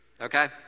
okay